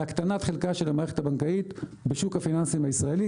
להקטנת חלקה של המערכת הבנקאית בשוק הפיננסים הישראלי.